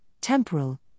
temporal